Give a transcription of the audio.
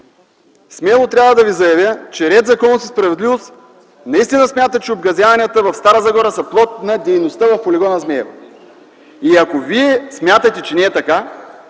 смело трябва да Ви заявя, че „Ред, законност и справедливост” наистина смята, че обгазяванията в Стара Загора са плод на дейността в полигона „Змейово”. Ако Вие смятате, че не е така,